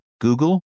Google